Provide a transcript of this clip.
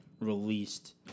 released